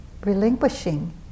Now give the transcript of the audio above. relinquishing